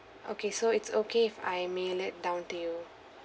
okay so it's okay if I mail it down to you